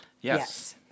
Yes